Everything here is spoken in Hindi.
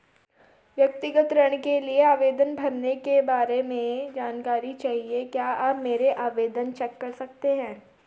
व्यक्तिगत ऋण के लिए आवेदन भरने के बारे में जानकारी चाहिए क्या आप मेरा आवेदन चेक कर सकते हैं?